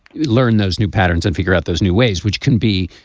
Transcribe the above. learn those new patterns and figure out those new ways which can be.